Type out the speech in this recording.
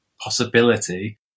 possibility